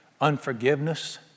unforgiveness